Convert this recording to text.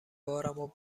بارمو